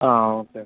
ആ ഓക്കെ